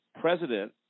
president